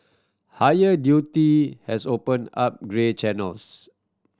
higher duty has opened up grey channels